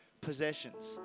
possessions